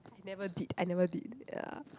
I never did I never did ya